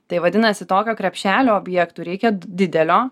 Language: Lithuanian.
tai vadinasi tokio krepšelio objektų reikia d didelio